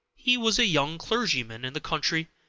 he was a young clergyman in the country,